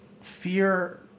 fear